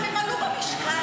אם הם עלו במשקל,